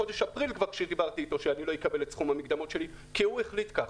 בחודש אפריל שלא אקבל את סכום המקדמות שלי כי הוא החליט כך,